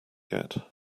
get